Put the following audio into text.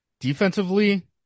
Defensively